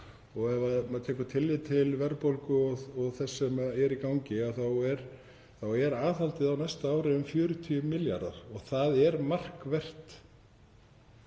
Og ef maður tekur tillit til verðbólgu og þess sem er í gangi þá er aðhaldið á næsta ári um 40 milljarðar. Það er þá